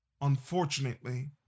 unfortunately